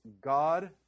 God